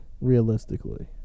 realistically